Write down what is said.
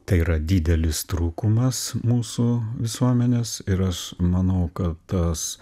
tai yra didelis trūkumas mūsų visuomenės ir aš manau kad tas